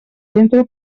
centre